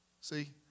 see